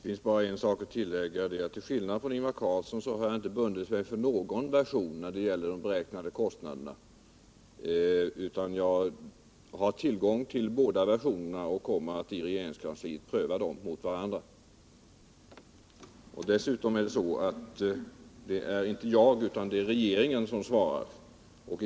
Herr talman! Det finns bara en sak att tillägga, och det är att till skillnad från Ingvar Carlsson har jag inte bundit mig för någon version när det gäller de beräknade kostnaderna. Jag har tillgång till båda versionerna och kommer att i regeringskansliet pröva dem mot varandra. Dessutom är det inte jag utan regeringen som står för svaret.